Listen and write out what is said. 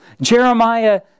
Jeremiah